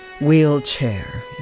wheelchair